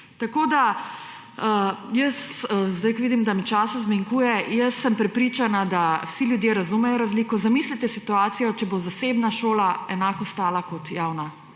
Tako da jaz, vidim, da mi časa zmanjkuje, jaz sem prepričana, da vsi ljudje razumejo razliko. Zamislite si situacijo, če bo zasebna šola enako stala kot javna.